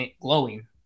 glowing